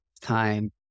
time